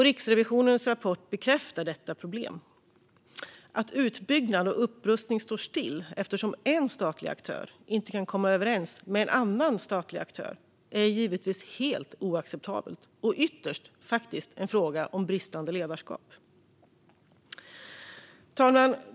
Riksrevisionens rapport bekräftar detta problem. Att utbyggnad och upprustning står stilla eftersom en statlig aktör inte kan komma överens med en annan statlig aktör är givetvis helt oacceptabelt och ytterst en fråga om bristande ledarskap. Fru talman!